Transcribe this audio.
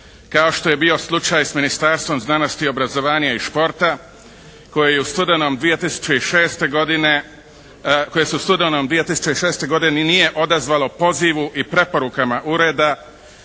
kao što je bio slučaj s Ministarstvom znanosti, obrazovanja i športa koji je u studenom 2006. godine, koji se u studenom 2006.